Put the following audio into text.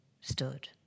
stood